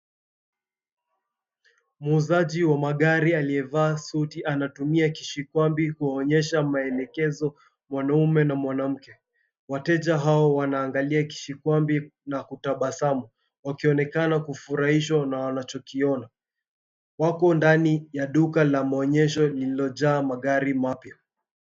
Muuzaji wa magari aliyevaa suti anatumia kishikwambi kuwaonyehsa maelekezo mwanaume na mwanamke. Wateja hao wanaangalia kishikwambi na kutabasamu, wakionekana kufurahishwa na wanachokiona. Wako ndani ya duka la maonyesho lililojaa magari mapya.